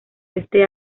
este